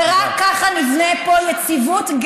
ורק ככה נבנה פה יציבות,